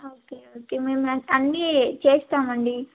okay okay మేము అన్నీ చేస్తామండి